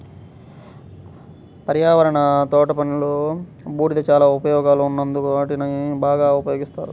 పర్యావరణ తోటపనిలో, బూడిద చాలా ఉపయోగాలు ఉన్నందున వాటిని బాగా ఉపయోగిస్తారు